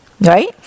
right